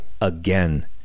again